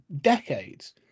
decades